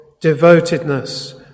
devotedness